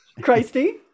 Christy